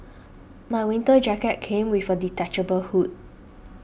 my winter jacket came with a detachable hood